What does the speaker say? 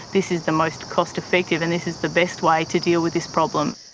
this is the most cost effective, and this is the best way to deal with this problem.